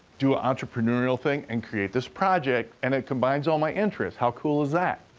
do a entrepreneurial thing, and create this project, and it combines all my interests. how cool is that?